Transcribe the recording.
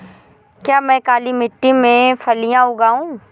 क्या मैं काली मिट्टी में फलियां लगाऊँ?